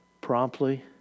Promptly